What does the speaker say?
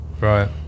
Right